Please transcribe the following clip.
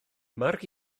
mark